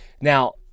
Now